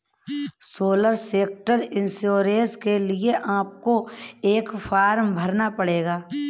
social sector insurance के लिए आपको एक फॉर्म भरना पड़ेगा